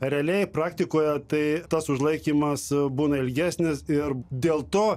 realiai praktikoje tai tas užlaikymas būna ilgesnis ir dėl to